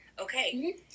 Okay